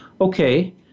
okay